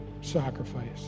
sacrifice